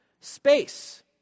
Space